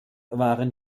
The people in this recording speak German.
waren